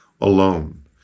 alone